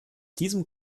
diesem